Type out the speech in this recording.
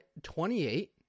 28